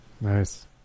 nice